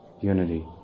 unity